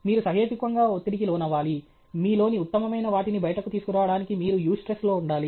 మీరు సహేతుకంగా ఒత్తిడికి లోనవ్వాలి మీలోని ఉత్తమమైన వాటిని బయటకు తీసుకురావడానికి మీరు యూస్ట్రెస్లో ఉండాలి